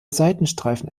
seitenstreifen